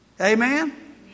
Amen